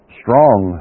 strong